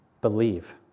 Believe